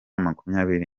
makumyabiri